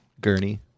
Gurney